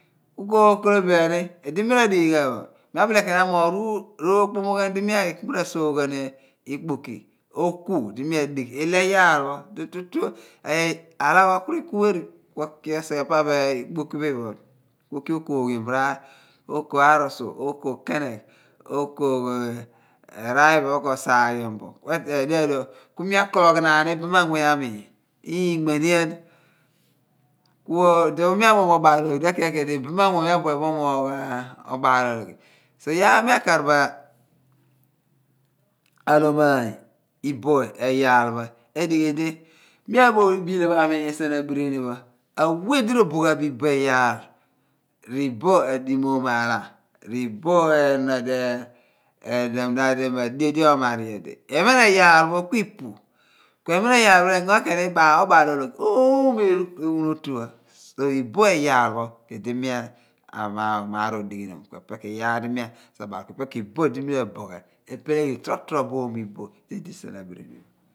Ku kookolobian ni idi mi ra dighighan bo, mi abile ken amoogh rookpomoghan di mi aghi r'asoogh ghan ikpoki oku di mi adigh ilo eyaal pho di tutu aala pho ku rekureri ku oki osighe pa pho ikpoki pho iphen pho ku okooghiom raar okoh arusu, okoh kenegh okooghiom raar pho ko saaghiom bo ku ateeny dio pho adiphe pho ku mi akologh naan ibam anmony aami inmenian ku iduon pho mi amoogh bo ophalabaal ologh, iphen ku idi ibamanmuny pho omoogh obaalologhi. So iyaar pho mi afar bo alumaany iboh eyaal pho edighi di mi aphogh bo, abiilha bo amila sien abirini pho awer di roboh ghan bo iboh eyaal r'iboh adimoom aala r'iboh enon odo adio di erol mudaadi adio di ohmar nyodi ephen eyaal pho ku ipu ku ephen eyaal pho r'engo ghan ken obaalologhi oomo eghunotu pho, iboh eyaal pho ku idi mi apham amoogh maar odighinom ku epe ku iyaar di mi r'aboh ghan epeleghi torotorobo iboh di edi sien abirini pho